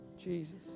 Jesus